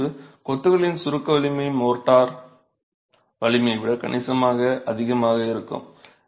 ஒரு மதிப்பு கொத்துகளின் சுருக்க வலிமை மோர்டார் வலிமையை விட கணிசமாக அதிகமாக இருக்கும்